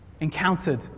encountered